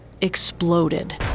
exploded